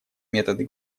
методы